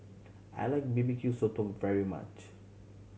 I like B B Q Sotong very much